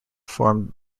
formed